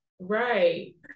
Right